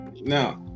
Now